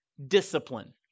Discipline